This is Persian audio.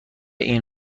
این